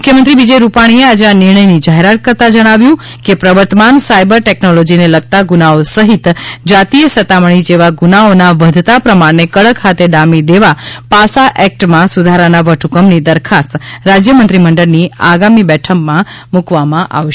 મુખ્યમંત્રી વિજય રૂપાણીએ આજે આ નિર્ણયની જાહેરાત કરતાં જણાવ્યુ કે પ્રવર્તમાન સાયબર ટેકનોલોજીને લગતા ગૂનાઓ સહિત જાતિય સતામણી જેવા ગૂનાઓના વધતા પ્રમાણને કડક હાથે ડામી દેવા પાસા એકટમાં સુધારાના વટહકમની દરખાસ્ત રાજ્ય મંત્રીમંડળની આગામી બેઠકમાં મૂકવામાં આવશે